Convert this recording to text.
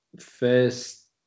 first